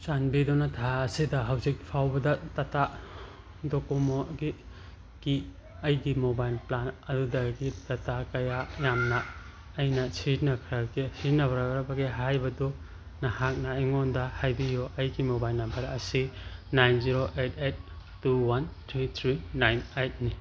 ꯆꯥꯟꯕꯤꯗꯨꯅ ꯊꯥ ꯑꯁꯤꯗ ꯍꯧꯖꯤꯛ ꯐꯥꯎꯕꯗ ꯇꯇꯥ ꯗꯣꯀꯣꯃꯣꯒꯤ ꯒꯤ ꯑꯩꯒꯤ ꯃꯣꯕꯥꯏꯜ ꯄ꯭ꯂꯥꯟ ꯑꯗꯨꯗꯒꯤ ꯗꯇꯥ ꯀꯌꯥ ꯌꯥꯝꯅ ꯑꯩꯅ ꯁꯤꯖꯤꯟꯅꯈ꯭ꯔꯒꯦ ꯁꯤꯖꯤꯟꯅꯈ꯭ꯔꯕꯒꯦ ꯍꯥꯏꯕꯗꯨ ꯅꯍꯥꯛꯅ ꯑꯩꯉꯣꯟꯗ ꯍꯥꯏꯕꯤꯌꯨ ꯑꯩꯒꯤ ꯃꯣꯕꯥꯏꯜ ꯅꯝꯕꯔ ꯑꯁꯤ nine zero eight eight two one three three nine ꯑꯩꯠꯅꯤ